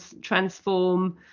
transform